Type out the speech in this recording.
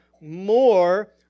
more